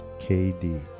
KD